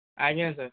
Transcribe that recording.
ଆଜ୍ଞା ସାର୍